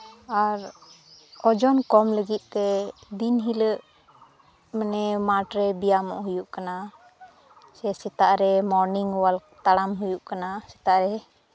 ᱟᱨ ᱳᱡᱚᱱ ᱠᱚᱢ ᱞᱟᱹᱜᱤᱫ ᱛᱮ ᱫᱤᱱ ᱦᱤᱞᱳᱜ ᱢᱟᱱᱮ ᱢᱟᱴᱷ ᱨᱮ ᱵᱮᱭᱟᱢᱚᱜ ᱦᱩᱭᱩᱜ ᱠᱟᱱᱟ ᱥᱮ ᱥᱮᱛᱟᱜ ᱨᱮ ᱢᱚᱨᱱᱤᱝ ᱚᱣᱟᱠ ᱛᱟᱲᱟᱢ ᱦᱩᱭᱩᱜ ᱠᱟᱱᱟ ᱥᱮᱛᱟᱜ ᱨᱮ